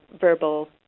verbal